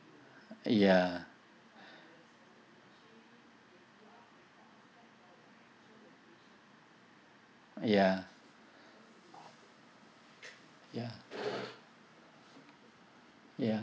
ya ya ya ya